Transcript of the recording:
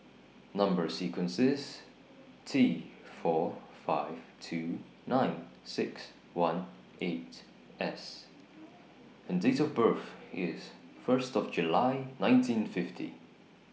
Number sequence IS T four five two nine six one eight S and Date of birth IS First of July nineteen fifty